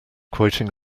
quoting